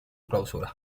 clausura